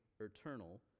eternal